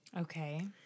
Okay